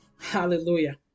hallelujah